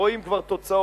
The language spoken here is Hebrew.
רואים כבר תוצאות,